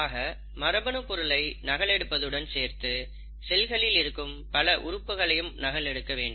ஆக மரபணு பொருளை நகலெடுப்பதுடன் சேர்த்து செல்களில் இருக்கும் பல உறுப்புகளையும் நகல் எடுக்க வேண்டும்